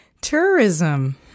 Tourism